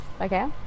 Okay